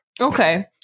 Okay